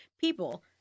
People